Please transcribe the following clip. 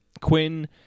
Quinn